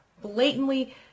blatantly